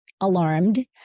alarmed